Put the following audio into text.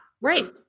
Right